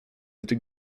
lite